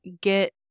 get